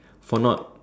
for not